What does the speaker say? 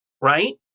Right